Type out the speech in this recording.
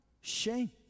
shame